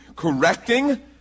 correcting